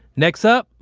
next up,